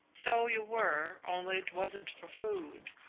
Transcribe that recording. so you were, only it wasn't for food.